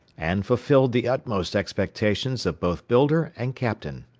and fulfilled the utmost expectations of both builder and captain.